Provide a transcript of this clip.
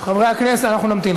חברי הכנסת, אנחנו נמתין.